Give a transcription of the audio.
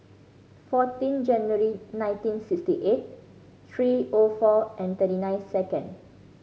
fourteen January nineteen sixty eight three O four and thirty nine second